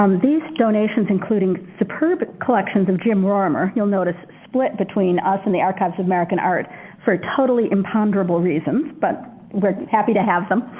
um these donations included superb collections of jim rorimer, you'll notice, split between us and the archives of american art for totally imponderable reasons, but we're happy to have them.